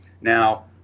Now